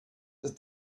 that